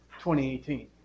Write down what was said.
2018